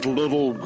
little